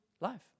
life